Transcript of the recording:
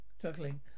Chuckling